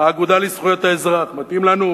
האגודה לזכויות האזרח, מתאים לנו?